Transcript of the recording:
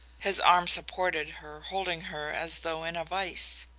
his arm supported her, holding her as though in a vise.